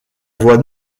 voix